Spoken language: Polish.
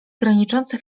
graniczące